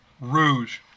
Rouge